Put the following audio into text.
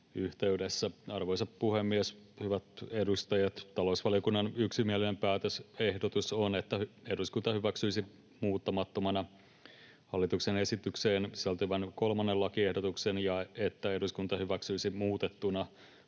Arvoisa puhemies! Hyvät edustajat! Talousvaliokunnan yksimielinen päätösehdotus on, että eduskunta hyväksyisi muuttamattomana hallituksen esitykseen sisältyvän 3. lakiehdotuksen ja että eduskunta hyväksyisi muutettuna